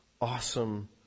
awesome